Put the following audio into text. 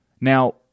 Now